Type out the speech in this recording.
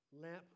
lamp